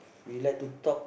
we like to talk